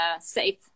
safe